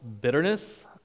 bitterness